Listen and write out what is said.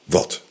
Wat